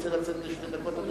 רוצה לצאת לשתי דקות.